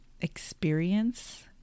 experience